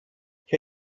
què